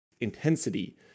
intensity